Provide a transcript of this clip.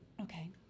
Okay